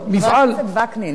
אבל הקימו קרן כזו,